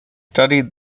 studied